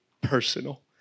personal